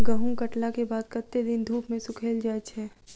गहूम कटला केँ बाद कत्ते दिन धूप मे सूखैल जाय छै?